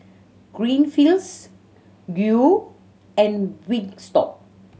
Greenfields Qoo and Wingstop